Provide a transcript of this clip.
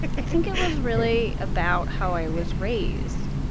i think it was really about how i was raised,